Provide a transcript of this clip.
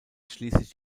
schließlich